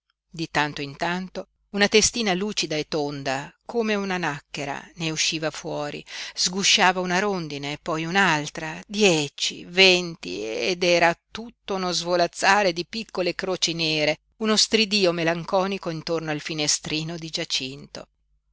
di tanto in tanto una testina lucida e tonda come una nacchera ne usciva fuori sgusciava una rondine poi un'altra dieci venti ed era tutto uno svolazzare di piccole croci nere uno stridío melanconico intorno al finestrino di giacinto